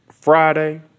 Friday